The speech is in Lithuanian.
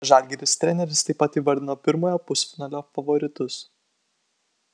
žalgiris treneris taip pat įvardino pirmojo pusfinalio favoritus